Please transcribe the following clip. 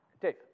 Dave